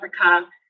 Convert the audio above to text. Africa